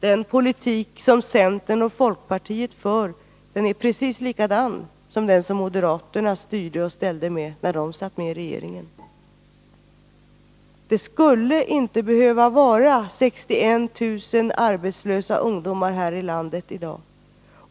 Den politik som centern och folkpartiet för är precis likadan som den moderaterna styrde och ställde med när de.satt med i regeringen. Det skulle inte behöva vara 61 000 arbetslösa ungdomar här i landet i dag.